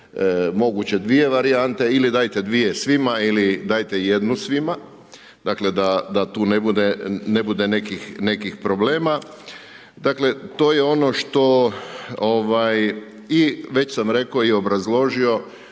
moguće dvije varijante, ili dajte dvije svima ili dajte jednu svima da tu ne bude nekih problema. Dakle to je ono što, i već sam rekao i obrazložio